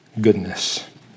goodness